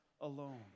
alone